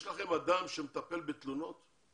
יש לכם אדם שמטפל בתלונות?